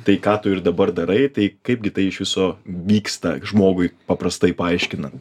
tai ką tu ir dabar darai tai kaipgi tai iš viso vyksta žmogui paprastai paaiškinant